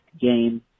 game